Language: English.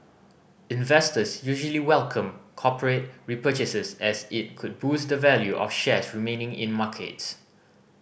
investors usually welcome corporate repurchases as it could boost the value of shares remaining in markets